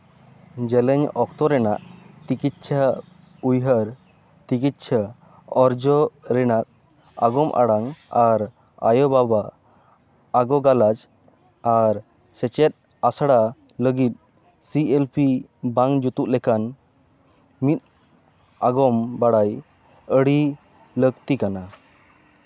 ᱡᱮᱞᱮᱧ ᱚᱠᱛᱚ ᱨᱮᱱᱟᱜ ᱛᱤᱠᱤᱪᱪᱷᱟ ᱩᱭᱦᱟᱹᱨ ᱛᱤᱠᱤᱪᱪᱷᱟ ᱚᱨᱡᱚ ᱨᱮᱱᱟᱜ ᱟᱜᱚᱢ ᱟᱲᱟᱝ ᱟᱨ ᱟᱭᱳᱼᱵᱟᱵᱟ ᱟᱜᱳ ᱜᱟᱞᱟᱡᱽ ᱟᱨ ᱥᱮᱪᱮᱫ ᱟᱥᱲᱟ ᱞᱟᱹᱜᱤᱫ ᱥᱤ ᱮᱞ ᱯᱤ ᱵᱟᱝ ᱡᱩᱛᱩᱜ ᱞᱮᱠᱟᱱ ᱢᱤᱫ ᱟᱜᱟᱢ ᱵᱟᱲᱟᱭ ᱟᱹᱰᱤ ᱞᱟᱹᱠᱛᱤ ᱠᱟᱱᱟ